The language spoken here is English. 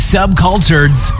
Subcultured's